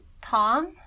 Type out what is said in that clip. Tom